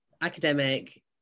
academic